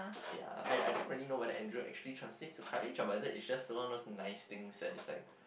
ya I I don't really know whether Andrew actually translates to courage or whether is just don't know those nice things that is like